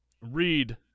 read